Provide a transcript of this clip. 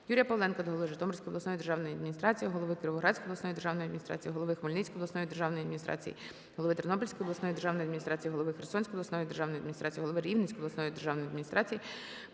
Юрія Павленка до голови Житомирської обласної державної адміністрації, голови Кіровоградської обласної державної адміністрації, голови Хмельницької обласної державної адміністрації, голови Тернопільської обласної державної адміністрації, голови Херсонської обласної державної адміністрації, голови Рівненської обласної державної адміністрації